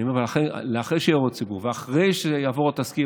אחרי שיהיו הערות ציבור ואחרי שיעבור התזכיר,